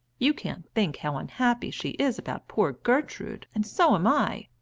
you can't think how unhappy she is about poor gertrude, and so am i,